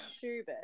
Schubert